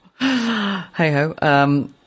Hey-ho